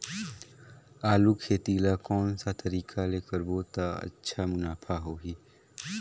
आलू खेती ला कोन सा तरीका ले करबो त अच्छा मुनाफा होही?